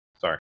Sorry